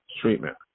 treatment